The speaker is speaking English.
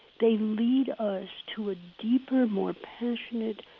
they lead us to a deeper, more passionate,